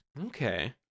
Okay